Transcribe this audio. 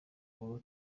munwa